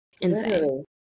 Insane